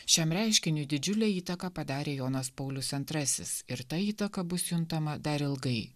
šiam reiškiniui didžiulę įtaką padarė jonas paulius antrasis ir ta įtaka bus juntama dar ilgai